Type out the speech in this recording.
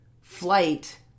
flight